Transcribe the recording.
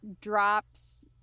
drops